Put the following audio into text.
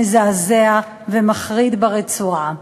מזעזע ומחריד ברצועה.